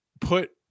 put